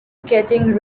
getting